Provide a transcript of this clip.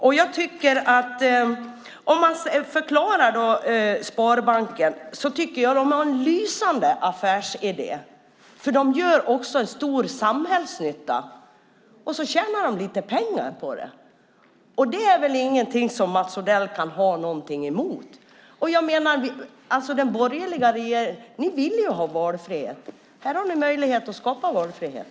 Om man ser på sparbankerna tycker jag att de har en lysande affärsidé, för de gör stor samhällsnytta samtidigt som de tjänar lite pengar på det, och det kan väl Mats Odell inte ha någonting emot. Den borgerliga regeringen vill ju ha valfrihet. Här har ni möjlighet att skapa det.